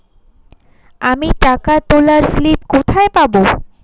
আমি টাকা তোলার স্লিপ কোথায় পাবো?